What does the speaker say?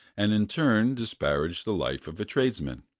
and in turn disparaged the life of a tradesman,